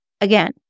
Again